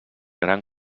gran